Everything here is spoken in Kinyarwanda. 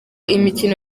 imikino